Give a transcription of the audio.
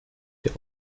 der